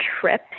trip